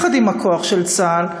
יחד עם הכוח של צה"ל,